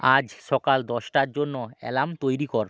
আজ সকাল দশটার জন্য অ্যালার্ম তৈরি করো